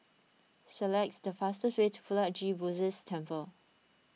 select the fastest way to Puat Jit Buddhist Temple